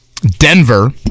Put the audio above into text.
Denver